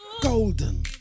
golden